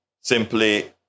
simply